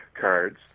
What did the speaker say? cards